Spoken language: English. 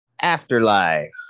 afterlife